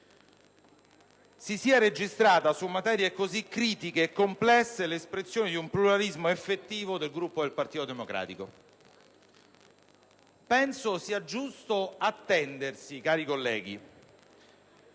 si sia registrata su materie così critiche e complesse l'espressione di un pluralismo effettivo del Gruppo del Partito Democratico. Cari colleghi, penso sia giusto attendersi, all'interno